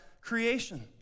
creation